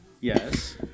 Yes